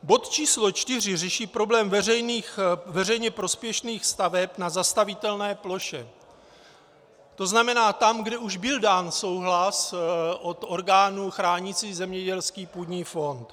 Bod číslo 4 řeší problém veřejně prospěšných staveb na zastavitelné ploše, to znamená tam, kde už byl dán souhlas od orgánů chránících zemědělský půdní fond.